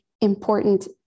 important